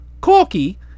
Corky